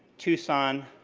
tucson,